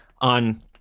on